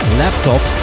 laptop